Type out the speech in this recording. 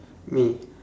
me